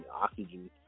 oxygen